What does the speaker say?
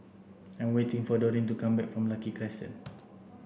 I'm waiting for Dorine to come back from Lucky Crescent